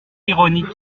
ironique